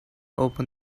open